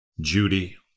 Judy